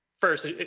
first